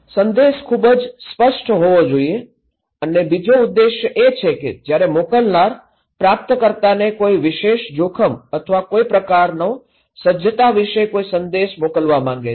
સંદેશ ખૂબ જ સ્પષ્ટ હોવો જોઈએ અને બીજો ઉદ્દેશ એ છે કે જ્યારે મોકલનાર પ્રાપ્તકર્તાને કોઈ વિશેષ જોખમ અથવા કોઈ પ્રકારનો સજ્જતા વિશે કોઈ સંદેશ સંદેશ મોકલવા માંગે છે